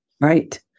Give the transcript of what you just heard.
Right